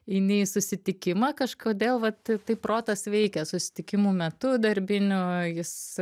eini į susitikimą kažkodėl vat taip protas veikia susitikimų metu darbinių jis